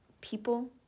people